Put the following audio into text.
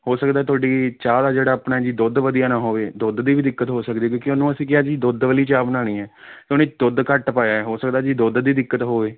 ਹੋ ਸਕਦਾ ਤੁਹਾਡੀ ਚਾਹ ਦਾ ਜਿਹੜਾ ਆਪਣਾ ਜੀ ਦੁੱਧ ਵਧੀਆ ਨਾ ਹੋਵੇ ਦੁੱਧ ਦੀ ਵੀ ਦਿੱਕਤ ਹੋ ਸਕਦੀ ਕਿਉਂਕਿ ਉਹਨੂੰ ਅਸੀਂ ਕਿਹਾ ਜੀ ਦੁੱਧ ਵਾਲੀ ਚਾਹ ਬਣਾਉਣੀ ਹੈ ਉਹਨੇ ਦੁੱਧ ਘੱਟ ਪਾਇਆ ਹੋ ਸਕਦਾ ਜੀ ਦੁੱਧ ਦੀ ਦਿੱਕਤ ਹੋਵੇ